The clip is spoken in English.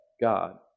God